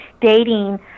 dating